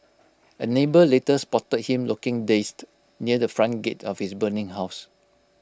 A neighbour later spotted him looking dazed near the front gate of his burning house